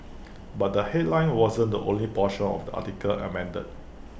but the headline wasn't the only portion of the article amended